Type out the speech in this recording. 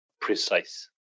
precise